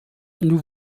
nous